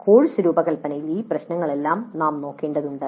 course രൂപകൽപ്പനയിൽ ഈ പ്രശ്നങ്ങളെല്ലാം നാം നോക്കേണ്ടതുണ്ട്